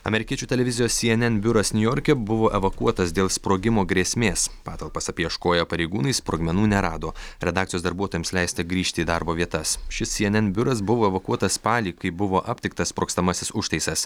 amerikiečių televizijos syenen biuras niujorke buvo evakuotas dėl sprogimo grėsmės patalpas apieškoję pareigūnai sprogmenų nerado redakcijos darbuotojams leista grįžti į darbo vietas šis syenen biuras buvo evakuotas spalį kai buvo aptiktas sprogstamasis užtaisas